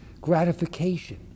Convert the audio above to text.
gratification